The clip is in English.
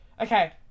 Okay